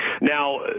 now